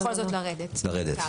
לרדת.